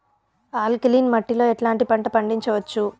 Alkaline మట్టి లో ఎట్లాంటి పంట పండించవచ్చు,?